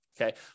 Okay